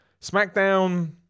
SmackDown